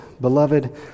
Beloved